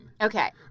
Okay